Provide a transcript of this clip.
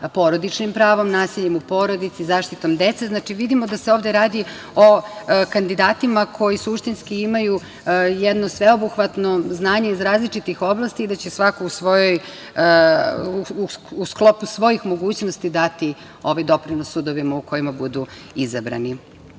porodičnim pravom, nasiljem u porodici, zaštitom dece. Znači, vidimo da se ovde radi o kandidatima koji suštinski imaju jedno sveobuhvatno znanje iz različitih oblasti i da će svako u sklopu svojih mogućnosti dati ovaj doprinos sudovima u kojima budu izabrani. Na